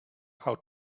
how